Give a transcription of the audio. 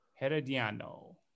Herediano